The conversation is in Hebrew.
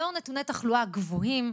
לאור נתוני תחלואה גבוהים,